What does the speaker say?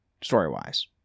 Story-wise